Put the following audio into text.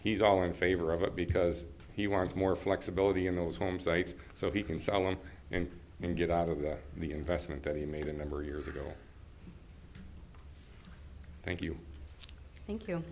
he's all in favor of it because he wants more flexibility in those home sites so he can sell it and then get out of that the investment that he made a number of years ago thank you thank you